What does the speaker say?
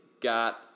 got